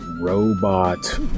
Robot